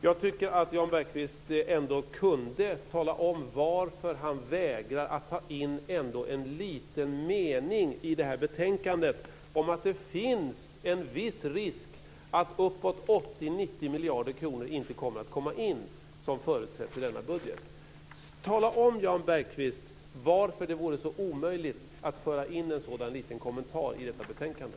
Jag tycker att Jan Bergqvist kan tala om varför han vägrar att ta in en enda liten mening i betänkandet om att det finns en viss risk att uppåt 80-90 miljarder kronor inte kommer att komma in som förutsett i denna budget. Tala om, Jan Bergqvist, varför det är så omöjligt att föra in en sådan liten kommentar i detta betänkande!